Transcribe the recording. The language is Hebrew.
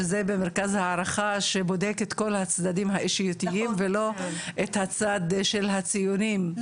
שזה במרכז הערכה שבודק את כל הצדדים האישיותיים ולא את הצד של הציונים,